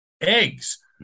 eggs